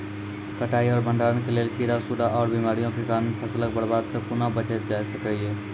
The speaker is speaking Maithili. कटाई आर भंडारण के लेल कीड़ा, सूड़ा आर बीमारियों के कारण फसलक बर्बादी सॅ कूना बचेल जाय सकै ये?